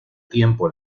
tiempo